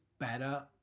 Better